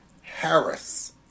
Harris